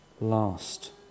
Last